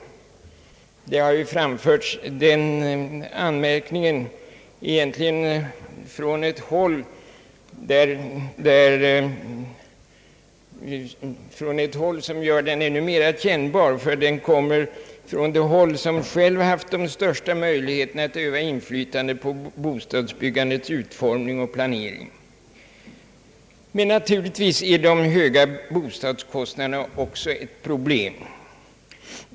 Den anmärkningen har ju egentligen framförts från ett håll som gör den ännu mera kännbar, eftersom vederbörande hör till den grupp som haft de största möjligheterna att öva inflytande på bostadsbyggandets utformning och planering. Men naturligtvis är de höga bostadskostnaderna också ett problem.